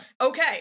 Okay